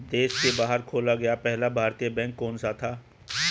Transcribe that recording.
देश के बाहर खोला गया पहला भारतीय बैंक कौन सा था?